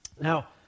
Now